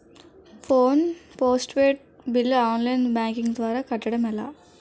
Phone postpaid bill online banking ద్వారా కట్టడం ఎలా?